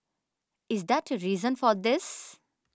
is that a reason for this